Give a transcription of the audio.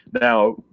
Now